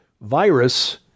virus